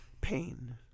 pain